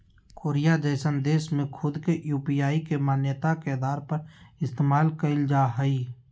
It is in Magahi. कोरिया जइसन देश में खुद के यू.पी.आई के मान्यता के आधार पर इस्तेमाल कईल जा हइ